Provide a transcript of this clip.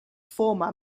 former